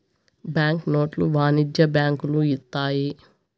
bank నోట్లు వాణిజ్య బ్యాంకులు ఇత్తాయి